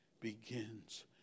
begins